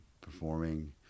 performing